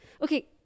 okay